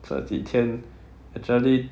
这几天 actually